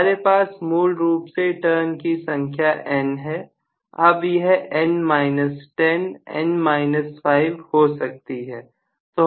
हमारे पास मूल रूप से टर्न की संख्या N है अब यह N 10 N 5 हो सकती है